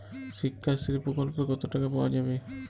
শিক্ষাশ্রী প্রকল্পে কতো টাকা পাওয়া যাবে?